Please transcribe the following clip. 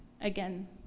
again